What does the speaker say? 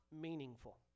meaningful